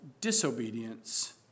disobedience